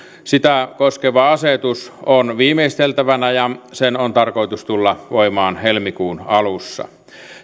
sitä koskeva asetus on viimeisteltävänä ja sen on tarkoitus tulla voimaan helmikuun alussa